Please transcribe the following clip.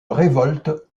révolte